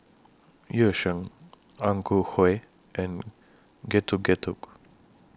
Yu Sheng Ang Ku Kueh and Getuk Getuk